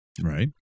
Right